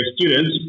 students